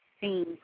seen